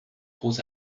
gros